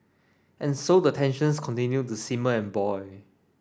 and so the tensions continue to simmer and boil